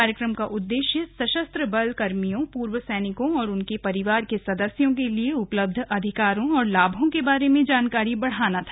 कार्यक्रम का उद्देश्य सशस्त्र बल कर्मियों पूर्व सैनिकों और उनके परिवार के सदस्यों के लिए उपलब्ध अधिकारों और लाभों के बारे में जागरूकता बढ़ाना था